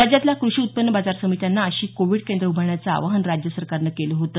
राज्यातल्या कृषी उत्पन्न बाजार समित्यांना अशी कोविड केंद्र उभारण्याचं आवाहन राज्य सरकारन केल होत